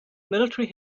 military